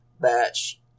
batch